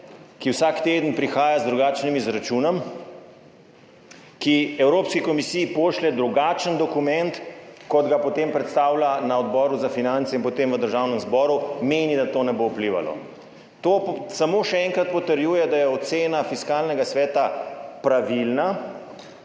ki vsak teden prihaja z drugačnim izračunom in ki Evropski komisiji pošlje drugačen dokument, kot ga potem predstavlja na Odboru za finance in potem v Državnem zboru, meni, da to ne bo vplivalo. To samo še enkrat potrjuje, da je ocena Fiskalnega sveta pravilna,